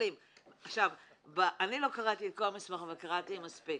אני לא קראתי את כל המסמך אבל קראתי מספיק.